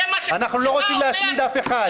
אנחנו לא רוצים להשמיד אף אחד.